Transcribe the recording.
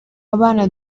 abana